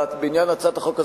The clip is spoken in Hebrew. בעניין הצעת החוק הזאת,